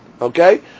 Okay